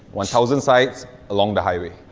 one thousand sites along the highway.